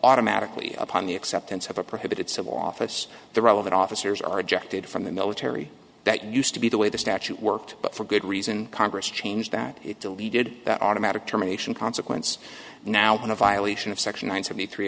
automatically upon the acceptance of a prohibited civil office the relevant officers are objected from the military that used to be the way the statute worked but for good reason congress changed that it deleted that automatic terminations consequence now in a violation of section nine seventy three